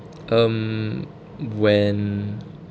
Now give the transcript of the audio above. um when